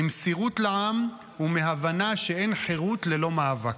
ממסירות לעם ומהבנה שאין חירות ללא מאבק.